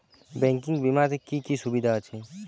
Banking বিমাতে কি কি সুবিধা আছে?